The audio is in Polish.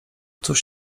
cóż